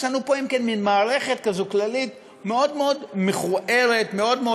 יש לנו פה מין מערכת כללית מכוערת מאוד מאוד,